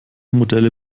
modelle